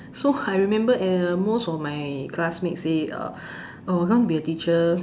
so I remember uh most of my classmate say uh oh want to be a teacher